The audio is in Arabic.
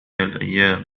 الأيام